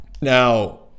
Now